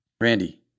Randy